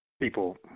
people